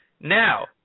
Now